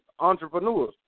entrepreneurs